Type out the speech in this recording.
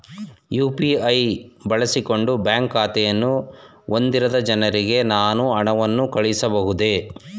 UPI ಬಳಸಿಕೊಂಡು bank ಖಾತೆಯನ್ನು ಹೊಂದಿರದ ಜನರಿಗೆ ನಾನು ಹಣವನ್ನು ಕಳುಹಿಸಬಹುದೇ?